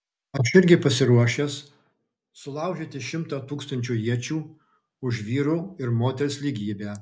aš irgi pasiruošęs sulaužyti šimtą tūkstančių iečių už vyro ir moters lygybę